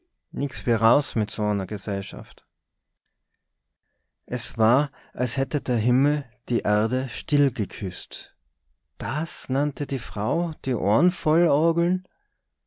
enaus mit so're gesellschaft es war als hätt der himmel die erde still geküßt das nannte die frau die ohr'n vollorgeln